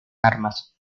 armas